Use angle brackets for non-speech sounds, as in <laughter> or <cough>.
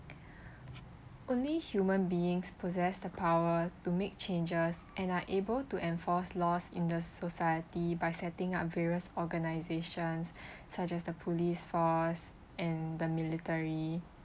only human beings possessed the power to make changes and are able to enforce laws in the society by setting up various organisations <breath> such as the police force and the military